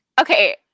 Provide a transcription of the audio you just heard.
Okay